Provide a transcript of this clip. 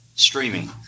Streaming